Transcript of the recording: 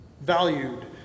valued